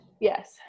Yes